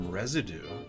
residue